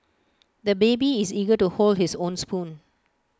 the baby is eager to hold his own spoon